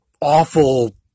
awful